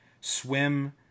Swim